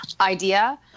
...idea